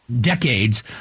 decades